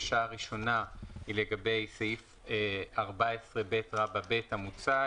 הבקשה הראשונה היא לגבי 14ב(ב) המוצע,